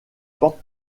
porte